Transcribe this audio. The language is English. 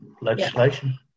legislation